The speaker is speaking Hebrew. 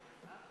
ד' באב תשע"ה,